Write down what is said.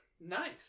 Nice